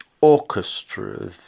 orchestra